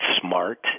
smart